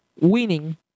winning